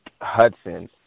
Hudson